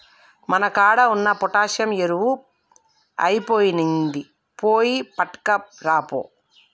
మన కాడ ఉన్న పొటాషియం ఎరువు ఐపొయినింది, పోయి పట్కరాపో